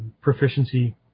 proficiency